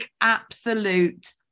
absolute